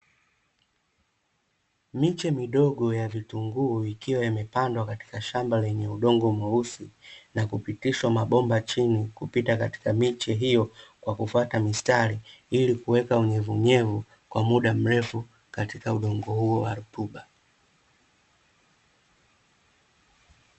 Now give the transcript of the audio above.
Miche midogo ya vitunguu ikiwa yamepandwa katika shamba lenye udongo mweusi, na kupitishwa mabomba chini kupita katika miche hiyo kwa kufuata mistari, ili kuweka unyevunyevu kwa muda mrefu katika udongo huo wa rutuba.